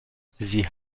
sie